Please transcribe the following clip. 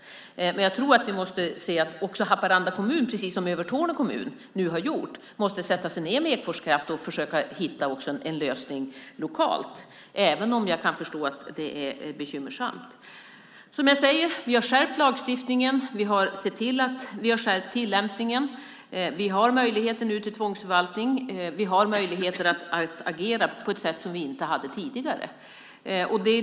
Men jag tror att Haparanda kommun, precis som Övertorneå kommun nu har gjort, måste sätta sig ned med Ekfors Kraft och försöka hitta en lösning lokalt, även om jag kan förstå att det är bekymmersamt. Som jag säger: Vi har skärpt lagstiftningen. Vi har sett till att skärpa tillämpningen. Vi har nu möjlighet till tvångsförvaltning och möjligheter att agera på ett sätt vi inte hade tidigare.